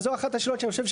וזאת אחת השאלות שאני חושב,